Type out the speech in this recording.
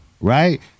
Right